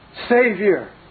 Savior